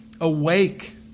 Awake